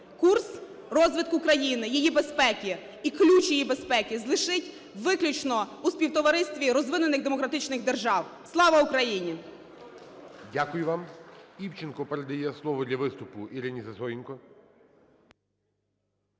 Курс розвитку країни, її безпеки і ключ її безпеки лежить виключно у співтоваристві розвинених демократичних держав. Слава Україні! ГОЛОВУЮЧИЙ. Дякую вам. Івченко передає слово для виступу Ірині Сисоєнко.